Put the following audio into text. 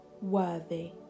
worthy